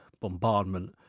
bombardment